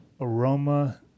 aroma